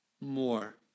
more